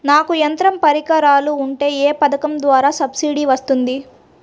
నాకు యంత్ర పరికరాలు ఉంటే ఏ పథకం ద్వారా సబ్సిడీ వస్తుంది?